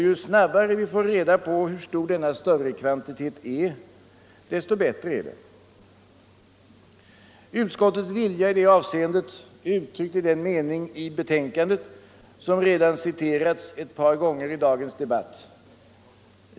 Ju snabbare vi får reda på hur stor denna större kvantitet är, dess bättre är det. Utskottets vilja i detta avseende är uttryckt i betänkandet i den mening som redan har citerats ett par gånger i dagens debatt.